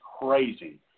crazy